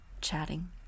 chatting